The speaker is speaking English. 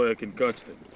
ah can catch them.